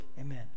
Amen